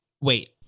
wait